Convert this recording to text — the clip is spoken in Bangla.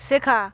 শেখা